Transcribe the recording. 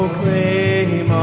claim